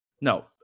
no